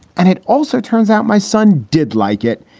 and it also turns out my son did like it.